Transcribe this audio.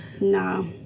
no